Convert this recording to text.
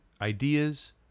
ideas